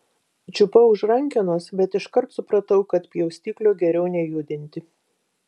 čiupau už rankenos bet iškart supratau kad pjaustiklio geriau nejudinti